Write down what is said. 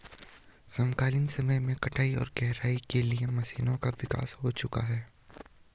समकालीन समय में कटाई और गहराई के लिए मशीनों का विकास हो चुका है